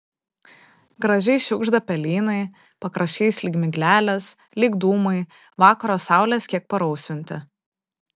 gražiai šiugžda pelynai pakraščiais lyg miglelės lyg dūmai vakaro saulės kiek parausvinti